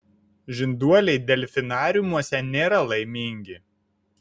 žinduoliai delfinariumuose nėra laimingi